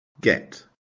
get